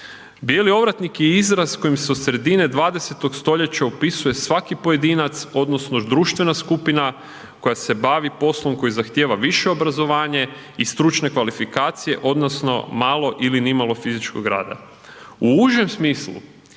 Bijeli ovratnik je izraz kojim se od sredine 20. stoljeća opisuje svaki pojedinac odnosno društvena skupina koja se bavi poslom koji zahtijeva više obrazovanje i stručne kvalifikacije odnosno malo ili nimalo fizičkog rada. U užem smislu